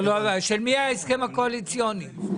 יש גם את ה-6 מיליון שקלים שצריכים להגיע לוועדה של אוצר בית דין.